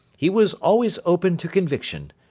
he was always open to conviction.